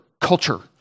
culture